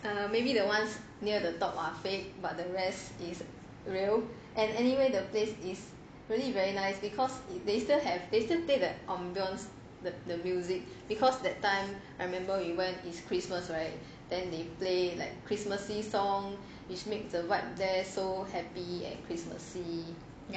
err maybe the ones near the top are fake but the rest is real and anyway the place is really very nice because if they still have play the ambience the the music because that time I remember we went was christmas right then they play like christmassy song which makes the vibe there so happy at christmas